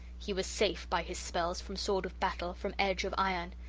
he was safe, by his spells, from sword of battle, from edge of iron.